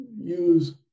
use